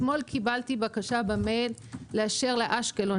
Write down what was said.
אתמול קיבלתי בקשה במייל לאשר לאשקלון,